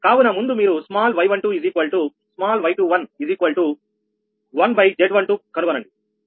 కావున ముందు మీరు స్మాల్ 𝑦12 స్మాల్ 𝑦21 1 𝑍12 కనుగొనండి